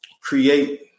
create